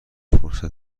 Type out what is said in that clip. فرصت